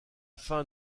fin